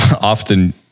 often